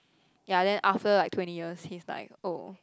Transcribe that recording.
ya then after like twenty years he's like oh